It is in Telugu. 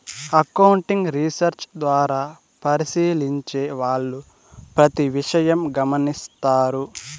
అకౌంటింగ్ రీసెర్చ్ ద్వారా పరిశీలించే వాళ్ళు ప్రతి విషయం గమనిత్తారు